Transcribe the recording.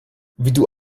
vidu